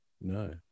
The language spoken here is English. no